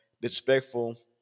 disrespectful